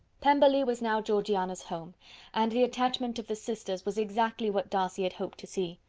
pemberley was now georgiana's home and the attachment of the sisters was exactly what darcy had hoped to see.